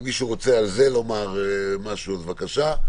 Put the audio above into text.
אם מישהו רוצה לומר על זה משהו, אז, בבקשה,